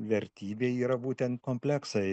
vertybė yra būtent kompleksai